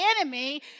enemy